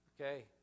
Okay